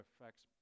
affects